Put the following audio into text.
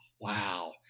Wow